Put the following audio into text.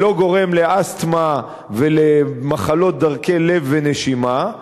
ולא גורם לאסתמה ולמחלות דרכי לב ונשימה,